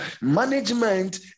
management